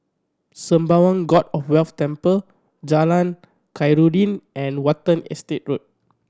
Sembawang God of Wealth Temple Jalan Khairuddin and Watten Estate Road